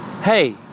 hey